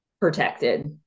protected